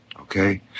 okay